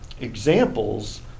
examples